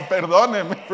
Perdóneme